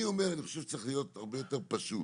אני חושב שזה צריך להיות הרבה יותר פשוט